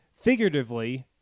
figuratively